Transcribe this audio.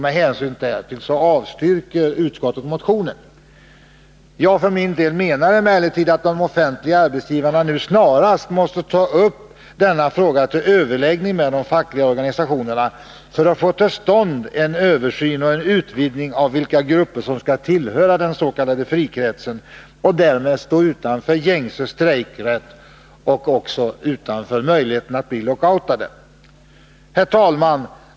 Med hänsyn härtill avstyrker utskottet motionen.” Jag menar emellertid att de offentliga arbetsgivarna nu snarast måste ta upp denna fråga till överläggning med de fackliga organisationerna för att få till stånd en översyn och utvidgning av vilka grupper som skall tillhöra den s.k. frikretsen och därmed stå utanför gängse strejkrätt och också utanför möjligheterna att bli lockoutade. Herr talman!